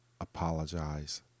apologize